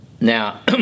Now